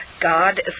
God